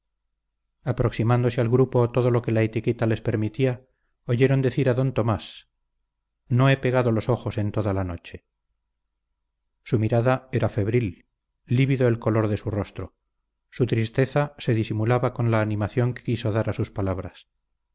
aproximándose al grupo todo lo que la etiqueta les permitía oyeron decir a d tomás no he pegado los ojos en toda la noche su mirada era febril lívido el color de su rostro su tristeza se disimulaba con la animación que quiso dar a sus palabras